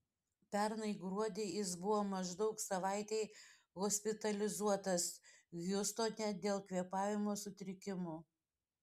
pernai gruodį jis buvo maždaug savaitei hospitalizuotas hjustone dėl kvėpavimo sutrikimų